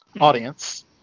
audience